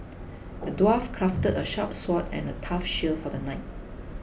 the dwarf crafted a sharp sword and a tough shield for the knight